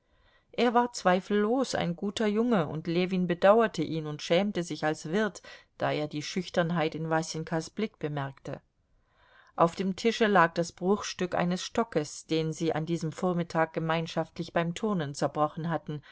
er war zweifellos ein guter junge und ljewin bedauerte ihn und schämte sich als wirt da er die schüchternheit in wasenkas blick bemerkte auf dem tische lag das bruchstück eines stockes den sie an diesem vormittag gemeinschaftlich beim turnen zerbrochen hatten